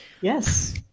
Yes